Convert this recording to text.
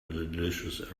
delicious